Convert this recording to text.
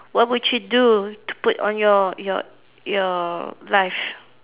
what would you do to put on your your your life